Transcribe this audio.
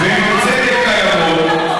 זה בניגוד לחוק.